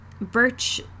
birch